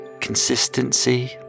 consistency